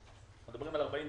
אז מדברים על 40,